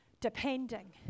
depending